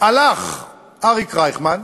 הלך אריק רייכמן,